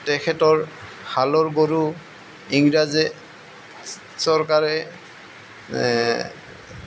তেখেতৰ হালৰ গৰু ইংৰাজে চৰকাৰে